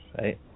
Right